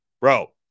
bro